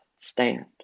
stand